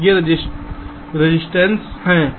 ये रजिस्टेंसकता हैं